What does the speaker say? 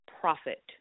profit